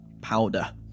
powder